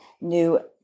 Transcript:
new